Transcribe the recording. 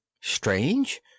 Strange